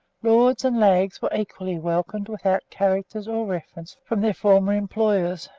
lords and lags were equally welcomed without characters or references from their former employers,